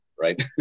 right